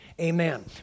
Amen